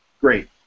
Great